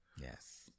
Yes